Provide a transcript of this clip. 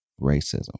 racism